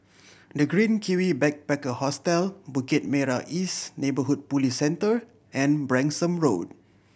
The Green Kiwi Backpacker Hostel Bukit Merah East Neighbourhood Police Centre and Branksome Road